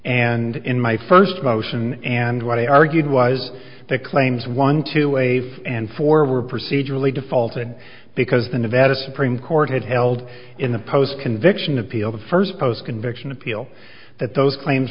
and in my first motion and what i argued was that claims one to waive and four were procedurally defaulted because the nevada supreme court had held in the post conviction appeal the first post conviction appeal that those claims